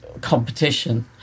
competition